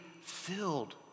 filled